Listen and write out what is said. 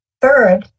Third